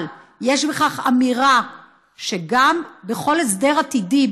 אבל יש בכך אמירה שגם בכל הסדר עתידי,